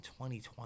2020